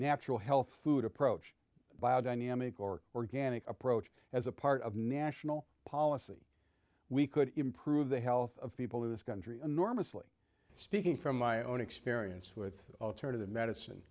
natural health food approach biodynamic or organic approach as a part of national policy we could improve the health of people in this country enormously speaking from my own experience with alternative medicine